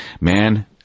man